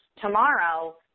tomorrow